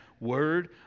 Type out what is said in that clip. word